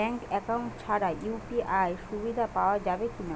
Bank account ছাড়া UPI সুবিধা পাওয়া যাবে কি না?